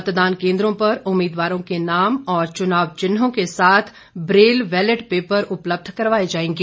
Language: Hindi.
मतदान केंद्रों पर उम्मीदवारों के नाम और चुनाव चिन्हों के साथ ब्रेल बेलेट पेपर उपलब्ध करवाए जाएंगे